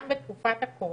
גם בתקופת הקורונה,